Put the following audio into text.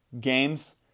games